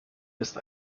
ist